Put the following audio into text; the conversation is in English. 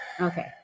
Okay